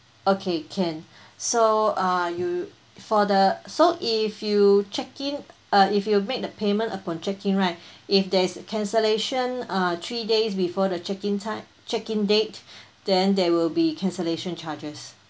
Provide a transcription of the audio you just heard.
okay can so uh you for the so if you check in uh if you make the payment upon check in right if there's cancellation uh three days before the check in time check in date then there will be cancellation charges